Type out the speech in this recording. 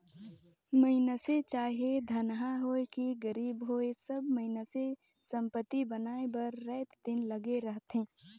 मइनसे चाहे धनहा होए कि गरीब होए सब मइनसे संपत्ति बनाए बर राएत दिन लगे रहथें